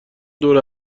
دوره